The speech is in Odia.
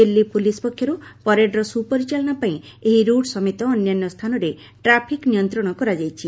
ଦିଲ୍ଲୀ ପୁଲିସ୍ ପକ୍ଷରୁ ପରେଡ୍ର ସୁପରିଚାଳନା ପାଇଁ ଏହି ରୁଟ୍ ସମେତ ଅନ୍ୟାନ୍ୟ ସ୍ଥାନରେ ଟ୍ରାଫିକ୍ ନିୟନ୍ତ୍ରଣ କରାଯାଇଛି